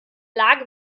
lage